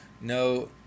no